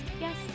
yes